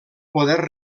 poder